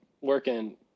working